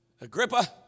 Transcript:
Agrippa